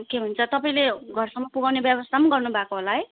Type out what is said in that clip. के भन्छ तपाईँले घरसम्म पुऱ्याउने व्यवस्था पनि गर्नु भएको होला है